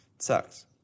Sucks